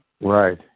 Right